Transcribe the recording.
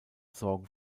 sorgen